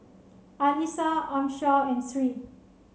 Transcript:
Alyssa Amsyar and Three